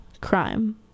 Crime